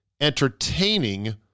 entertaining